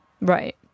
Right